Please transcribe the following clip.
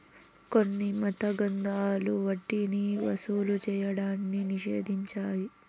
కొన్ని మత గ్రంథాలు వడ్డీని వసూలు చేయడాన్ని నిషేధించాయి